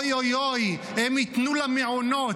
אוי אוי אוי, הם ייתנו למעונות.